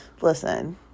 Listen